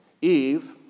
Eve